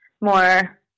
more